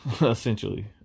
essentially